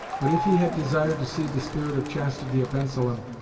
but if he had desired to see the spirit of chastity of bensalem,